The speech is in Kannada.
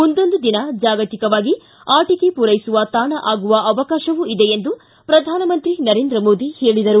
ಮುಂದೊಂದು ದಿನ ಜಾಗತಿಕವಾಗಿ ಆಟಕೆ ಮೂರೈಸುವ ತಾಣ ಆಗುವ ಅವಕಾಶವೂ ಇದೆ ಎಂದು ಪ್ರಧಾನಮಂತ್ರಿ ನರೇಂದ್ರ ಮೋದಿ ಹೇಳಿದರು